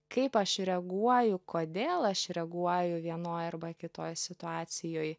kaip aš reaguoju kodėl aš reaguoju vienoj arba kitoj situacijoj